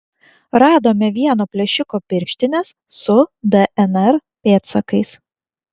radome vieno plėšiko pirštines su dnr pėdsakais